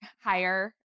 higher